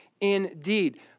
indeed